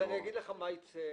אני אגיד לך מה יקרה,